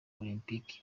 olempike